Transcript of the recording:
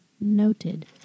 Noted